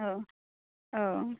औ औ